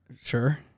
sure